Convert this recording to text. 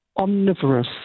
omnivorous